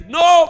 no